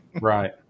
right